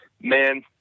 Man